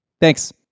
Thanks